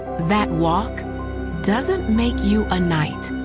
that walk doesn't make you a knight.